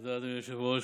תודה, אדוני היושב-ראש.